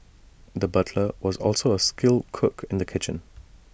the butcher was also A skilled cook in the kitchen